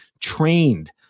trained